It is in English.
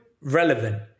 relevant